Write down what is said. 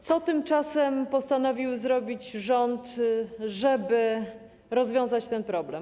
Co tymczasem postanowił zrobić rząd, żeby rozwiązać ten problem?